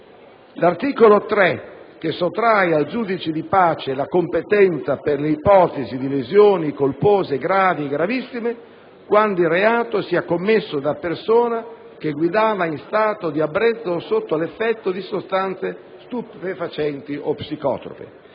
l'articolo 3 che sottrae al giudice di pace la competenza per le ipotesi di lesioni colpose gravi e gravissime quando il reato sia commesso da persona che guidava in stato di ebbrezza alcolica o sotto l'effetto di sostanze stupefacenti o psicotrope,